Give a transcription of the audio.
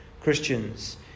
Christians